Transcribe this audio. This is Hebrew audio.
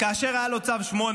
כאשר היה לו צו 8,